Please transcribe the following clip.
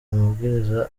amabwiriza